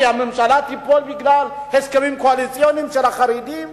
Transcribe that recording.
כי הממשלה תיפול בגלל הסכמים קואליציוניים של החרדים?